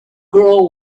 girl